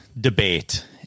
debate